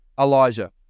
Elijah